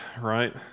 right